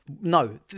No